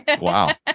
Wow